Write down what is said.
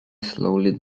slowly